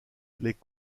les